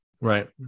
Right